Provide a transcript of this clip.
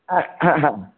ಹಾಂ ಹಾಂ ಹಾಂ